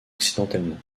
accidentellement